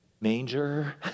manger